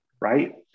right